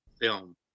film